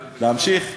להמשיך?